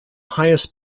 highest